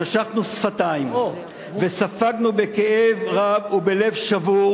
נשכנו שפתיים וספגנו בכאב רב ובלב שבור,